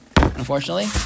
unfortunately